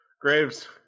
Graves